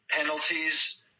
penalties